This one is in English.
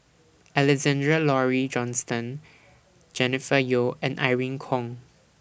Alexander Laurie Johnston Jennifer Yeo and Irene Khong